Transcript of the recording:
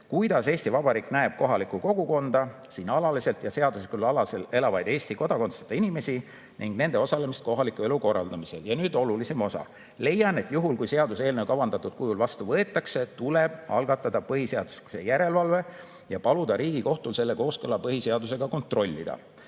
kuidas Eesti Vabariik näeb kohalikku kogukonda, siin alaliselt ja seaduslikul alusel elavaid Eesti kodakondsuseta inimesi ning nende osalemist kohaliku elu korraldamisel. Ja nüüd olulisim osa: "Leian, et juhul, kui seaduseelnõu kavandatud kujul vastu võetakse, tuleb algatada põhiseaduslikkuse järelevalve ja paluda Riigikohtul selle kooskõla põhiseadusega kontrollida.